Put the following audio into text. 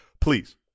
Please